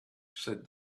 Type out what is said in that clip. said